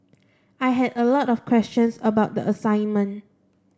I had a lot of questions about the assignment